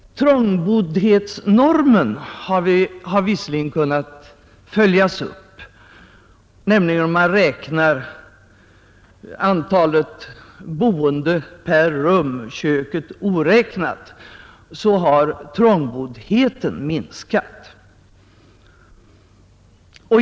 Trångboddhetsnormen har visserligen kunnat följas upp — om man räknar antalet boende per rum, köket oräknat, har trångboddheten minskat.